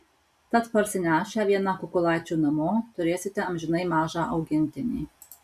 tad parsinešę vieną kukulaičių namo turėsite amžinai mažą augintinį